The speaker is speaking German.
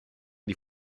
die